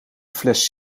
fles